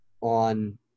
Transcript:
on